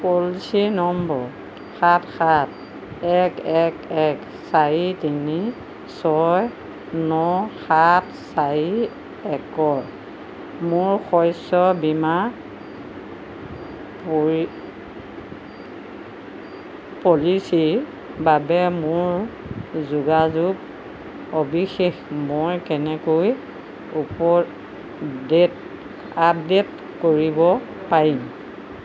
পলিচীৰ নম্বৰ সাত সাত এক এক এক চাৰি তিনি ছয় ন সাত চাৰি একৰ মোৰ শস্য বীমা পলিচীৰ বাবে মোৰ যোগাযোগ সবিশেষ মই কেনেকৈ আপডে'ট কৰিব পাৰিম